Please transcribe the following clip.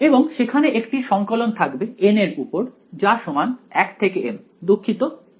এবং সেখানে একটি সঙ্কলন থাকবে n এর উপর যা সমান 1 থেকে m দুঃখিত N